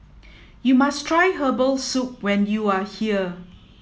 you must try Herbal Soup when you are here